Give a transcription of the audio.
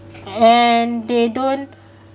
and they don't